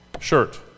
shirt